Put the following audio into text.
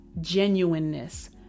genuineness